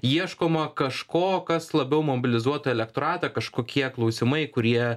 ieškoma kažko kas labiau mobilizuotų elektoratą kažkokie klausimai kurie